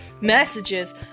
messages